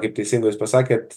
kaip teisingai jūs pasakėt